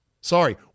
Sorry